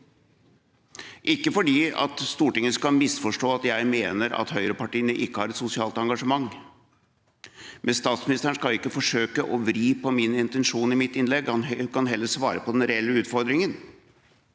Ikke fordi Stortinget skal misforstå det slik at jeg mener at høyrepartiene ikke har et sosialt engasjement. Men statsministeren skal ikke forsøke å vri på min intensjon i mitt innlegg, hun kan heller svare på den reelle utfordringen.